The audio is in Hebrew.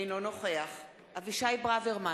אינו נוכח אבישי ברוורמן,